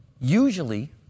Usually